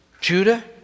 Judah